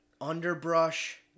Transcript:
underbrush